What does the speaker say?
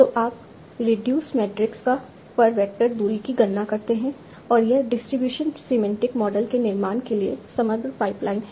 तो आप reduced matrix पर वेक्टर दूरी की गणना करते हैं और यह डिस्ट्रीब्यूशन सिमेंटिक मॉडल के निर्माण के लिए समग्र पाइपलाइन है